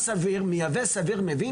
מייבא סביר מבין,